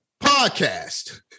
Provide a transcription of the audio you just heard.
Podcast